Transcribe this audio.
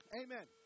amen